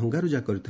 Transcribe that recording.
ଭଙ୍ଗାର୍ଜା କରିଥିଲେ